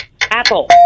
Apple